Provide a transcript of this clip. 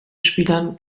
spielern